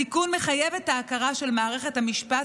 התיקון מחייב את ההכרה של מערכת המשפט